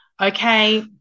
Okay